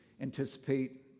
anticipate